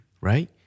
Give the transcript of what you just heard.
right